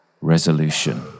resolution